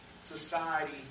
society